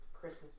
Christmas